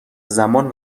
زمان